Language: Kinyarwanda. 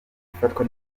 ifatwa